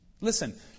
Listen